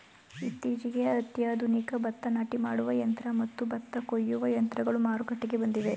ಇತ್ತೀಚೆಗೆ ಅತ್ಯಾಧುನಿಕ ಭತ್ತ ನಾಟಿ ಮಾಡುವ ಯಂತ್ರ ಮತ್ತು ಭತ್ತ ಕೊಯ್ಯುವ ಯಂತ್ರಗಳು ಮಾರುಕಟ್ಟೆಗೆ ಬಂದಿವೆ